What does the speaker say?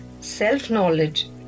self-knowledge